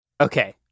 Okay